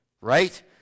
right